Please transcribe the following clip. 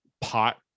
pot